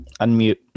Unmute